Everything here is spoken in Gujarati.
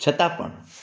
છતાં પણ